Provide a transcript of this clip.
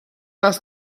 است